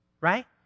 right